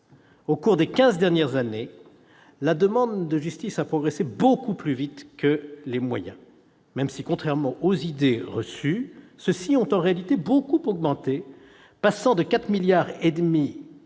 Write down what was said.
Au cours des quinze dernières années, la demande de justice a progressé beaucoup plus vite que les moyens, même si, contrairement aux idées reçues, ceux-ci ont en réalité beaucoup augmenté, passant de 4,5 milliards